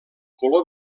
color